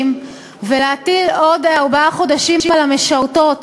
ולהטיל עוד ארבעה חודשים על המשרתות,